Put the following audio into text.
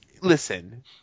listen –